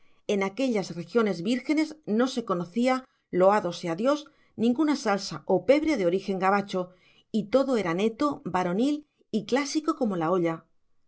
en aquellas regiones vírgenes no se conocía loado sea dios ninguna salsa o pebre de origen gabacho y todo era neto varonil y clásico como la olla